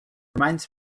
reminds